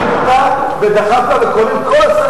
כל הבעיות הן בגלל הוויתורים שלכם.